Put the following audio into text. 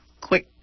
quick